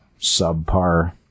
subpar